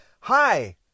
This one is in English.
Hi